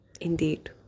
indeed